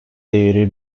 değeri